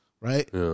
right